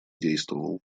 действовал